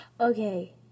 okay